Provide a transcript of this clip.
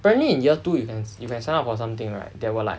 apparently in year two you can you can sign up for something right that will like